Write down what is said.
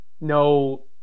no